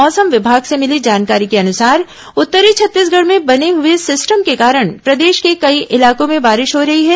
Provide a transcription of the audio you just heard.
मौसम विभाग से मिली जानकारी के अनुसार उत्तरी छत्तीसगढ़ में बने हुए सिस्टम के कारण प्रदेश के कई इलाकों में बारिश हो रही है